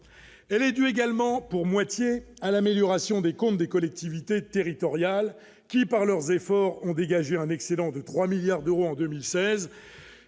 elle est due également pour moitié à l'amélioration des comptes des collectivités territoriales qui par leurs efforts ont dégagé un excédent de 3 milliards d'euros en 2016,